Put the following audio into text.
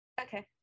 Okay